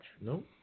Nope